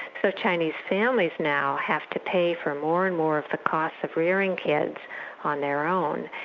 so chinese families now have to pay for more and more of the costs of rearing kids on their own.